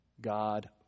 God